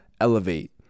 elevate